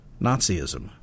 Nazism